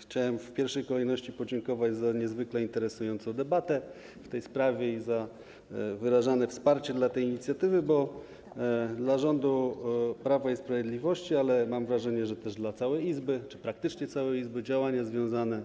Chciałem w pierwszej kolejności podziękować za niezwykle interesującą debatę w tej sprawie i za wyrażane wsparcie dla tej inicjatywy, bo dla rządu Prawa i Sprawiedliwości - ale mam wrażenie, że też dla całej czy praktycznie całej Izby - działania związane